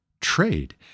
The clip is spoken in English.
trade